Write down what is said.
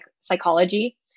psychology